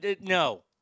no